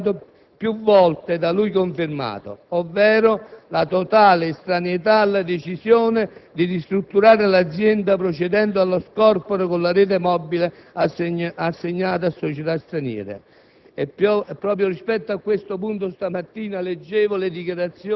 Personalmente ho fiducia nelle parole di Prodi ed accetto quanto più volte da lui confermato, ovvero la totale estraneità alla decisione di ristrutturare l'azienda, procedendo allo scorporo con la rete mobile assegnata a società straniere.